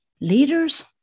leaders